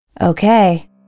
Okay